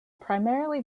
primarily